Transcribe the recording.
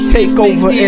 Takeover